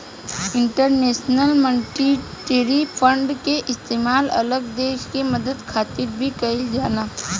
international monetary fund के इस्तेमाल अलग देश के मदद खातिर भी कइल जाला